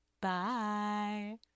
Bye